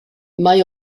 mae